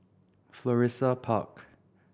Florissa Park